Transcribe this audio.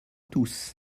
tous